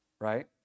right